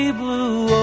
blue